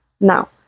Now